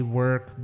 work